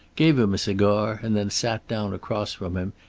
gave him a cigar, and then sat down across from him,